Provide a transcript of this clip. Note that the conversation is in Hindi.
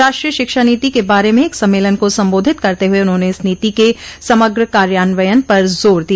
राष्ट्रीय शिक्षा नीति के बारे में एक सम्मेलन को संबोधित करते हुए उन्होंने इस नीति के समग्र कार्यान्यन पर जोर दिया